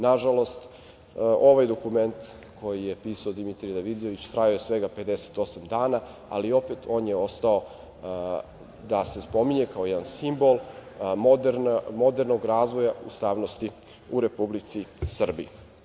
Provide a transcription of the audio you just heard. Nažalost, ovaj dokument, koji je pisao Dimitrije Davidović, trajao je svega 58 dana, ali opet on je ostao da se spominje kao jedan simbol modernog razvoja ustavnosti u Republici Srbiji.